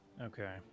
Okay